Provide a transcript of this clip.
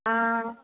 ஆ